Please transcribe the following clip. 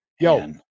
yo